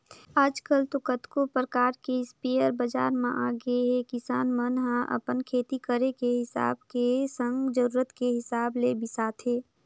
आजकल तो कतको परकार के इस्पेयर बजार म आगेहे किसान मन ह अपन खेती करे के हिसाब के संग जरुरत के हिसाब ले बिसाथे